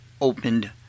opened